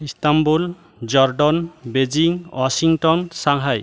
Istanbul Jordan Beijing Washington Shanghai